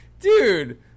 dude